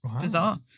Bizarre